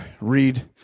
read